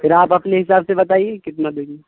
پھر آپ اپنے حساب سے بتائیے کتنا دے دوں